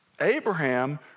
Abraham